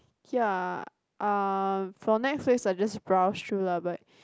ya uh for Netflix I just browse through lah but